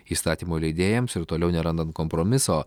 įstatymų leidėjams ir toliau nerandant kompromiso